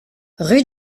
rue